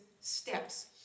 steps